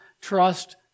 trust